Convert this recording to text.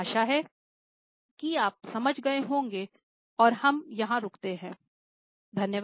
आशा है कि आप समझ गए होंगे और हम यहाँ रुकेंगे